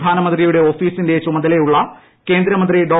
പ്രധാനമന്ത്രിയുടെ ഓഫീസിന്റെ ചുമതലയുള്ള കേന്ദ്രമന്ത്രി ഡോ